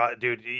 Dude